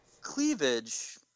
cleavage